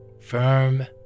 firm